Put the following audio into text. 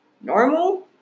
normal